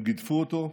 הם גידפו אותו,